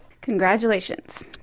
Congratulations